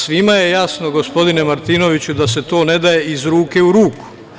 Svima je jasno, gospodine Martinoviću, da se to ne daje iz ruke u ruku.